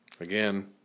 Again